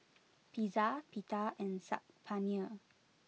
Pizza Pita and Saag Paneer